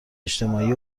اجتماعی